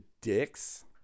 dicks